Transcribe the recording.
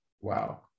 Wow